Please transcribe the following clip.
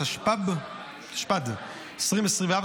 התשפ"ד 2024,